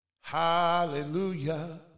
Hallelujah